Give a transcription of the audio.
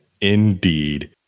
indeed